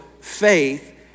faith